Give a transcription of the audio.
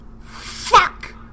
Fuck